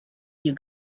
you